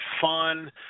fun